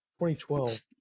2012